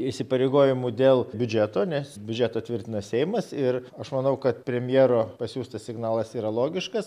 įsipareigojimų dėl biudžeto nes biudžetą tvirtina seimas ir aš manau kad premjero pasiųstas signalas yra logiškas